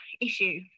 issue